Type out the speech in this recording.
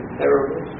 terrible